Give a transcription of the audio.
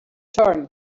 turn